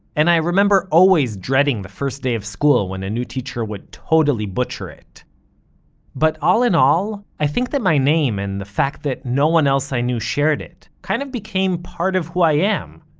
and i remember always dreading the first day of school when a new teacher would totally butcher it but all in all, i think that my name, and the fact that no one else i knew shared it, kind of became part of who i am,